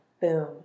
Boom